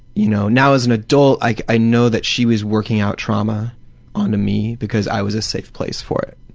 you know now as an adult like i know that she was working out trauma on me because i was a safe place for it,